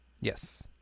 Yes